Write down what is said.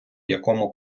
якому